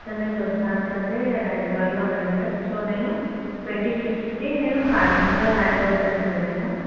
sir నేను ప్రస్తుతానికి అయితే హైదరాబాద్లో ఉన్నాను సార్ సో నేను ట్వంటీ ఫిఫ్త్ని నేను కాకినాడలో ల్యాండ్ అవుతాను సార్ నేను